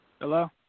hello